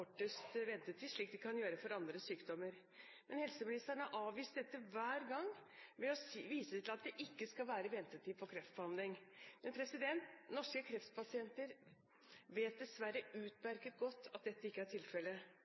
ventetid, som man kan gjøre for andre sykdommer. Helseministeren har avvist dette hver gang ved å vise til at det ikke skal være ventetid for kreftbehandling, men norske kreftpasienter vet dessverre utmerket godt at dette ikke er tilfellet.